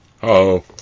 Hello